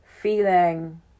feeling